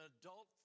adult